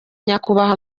nyakubahwa